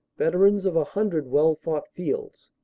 veterans of a hundred veil-fought fields.